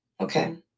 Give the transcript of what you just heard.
Okay